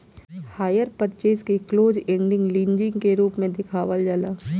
hire purchase के close end leasing के रूप में देखावल जाला